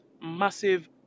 massive